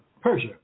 Persia